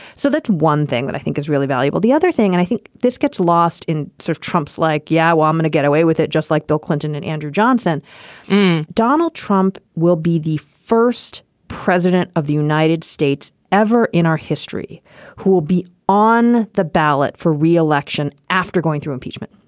so that's one thing that i think is really valuable. the other thing and i think this gets lost in sort of trump's like yahweh um woman to get away with it, just like bill clinton and andrew johnson. and donald trump will be the first president of the united states ever in our history who will be on the ballot for re-election after going through impeachment.